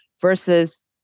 versus